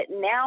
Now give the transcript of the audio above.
now